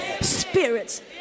spirits